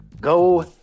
Go